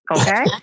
Okay